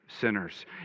sinners